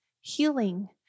healing